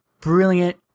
Brilliant